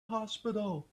hospital